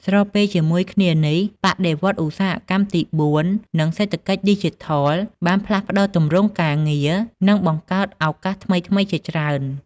ស្របពេលជាមួយគ្នានេះ បដិវត្តន៍ឧស្សាហកម្មទី ៤ និងសេដ្ឋកិច្ចឌីជីថល បានផ្លាស់ប្តូរទម្រង់ការងារ និងបង្កើតឱកាសថ្មីៗជាច្រើន។